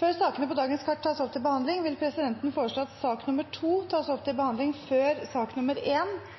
Før sakene på dagens kart tas opp til behandling, vil presidenten foreslå at sak nr. 2 tas opp til behandling før sak